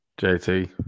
JT